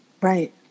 Right